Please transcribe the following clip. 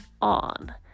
on